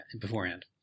beforehand